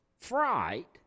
Fright